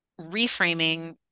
reframing